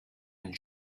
and